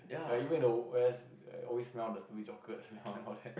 like even though West always smell the sweet chocolate and all and all that